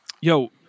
yo